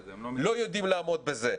לא יודעים לעמוד בזה?